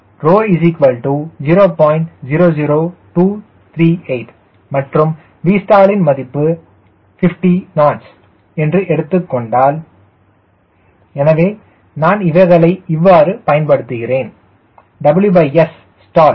00238 மற்றும் Vstall யின் மதிப்பு 50 knots என்று எடுத்துக்கொண்டால் எனவே நான் இவைகளை இவ்வாறு பயன்படுத்துகிறேன் WSstall120